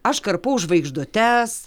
aš karpau žvaigždutes